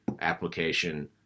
Application